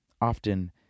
Often